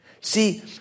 See